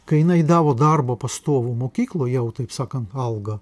kai jinai gavo darbą pastovų mokykloj jau taip sakant auga